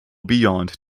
beyond